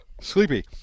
Sleepy